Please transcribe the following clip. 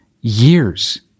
years